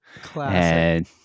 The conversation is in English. Classic